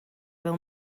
fel